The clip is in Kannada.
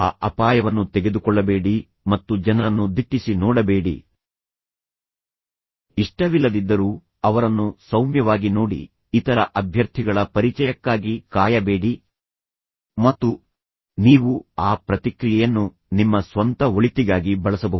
ಆ ಅಪಾಯವನ್ನು ತೆಗೆದುಕೊಳ್ಳಬೇಡಿ ಮತ್ತು ಜನರನ್ನು ದಿಟ್ಟಿಸಿ ನೋಡಬೇಡಿ ಇಷ್ಟವಿಲ್ಲದಿದ್ದರೂ ಅವರನ್ನು ಸೌಮ್ಯವಾಗಿ ನೋಡಿ ಇತರ ಅಭ್ಯರ್ಥಿಗಳ ಪರಿಚಯಕ್ಕಾಗಿ ಕಾಯಬೇಡಿ ಮತ್ತು ನೀವು ಆ ಪ್ರತಿಕ್ರಿಯೆಯನ್ನು ನಿಮ್ಮ ಸ್ವಂತ ಒಳಿತಿಗಾಗಿ ಬಳಸಬಹುದು